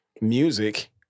music